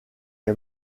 est